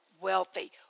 wealthy